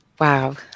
Wow